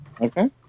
Okay